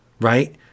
Right